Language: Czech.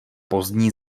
pozdní